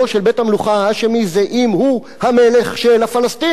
בית-המלוכה ההאשמי זה אם הוא המלך של הפלסטינים,